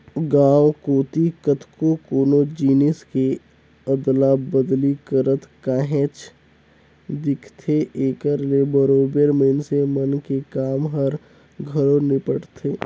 गाँव कोती कतको कोनो जिनिस के अदला बदली करत काहेच दिखथे, एकर ले बरोबेर मइनसे मन के काम हर घलो निपटथे